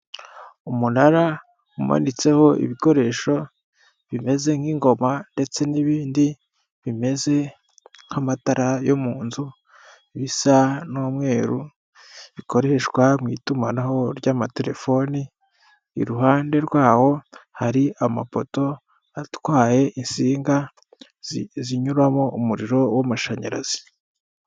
Umunara umanitseho ibikoresho bimeze nk'ingoma ndetse n'ibindi bimeze nk'amatara yo mu nzu bisa n'umweru, bikoreshwa mu itumanaho ry'amatelefoni, iruhande rwawo hari amapoto atwaye insinga zinyuramo umuriro w'amashanyarazi.